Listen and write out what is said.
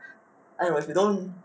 I don't know if you don't